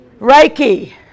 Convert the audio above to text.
reiki